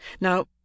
Now